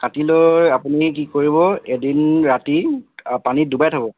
কাটি লৈ আপুনি কি কৰিব এদিন ৰাতি পানীত ডুবাই থ'ব